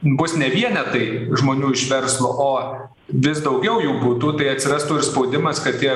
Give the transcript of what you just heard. bus ne vienetai žmonių iš verslo o vis daugiau jų būtų tai atsirastų ir spaudimas kad tie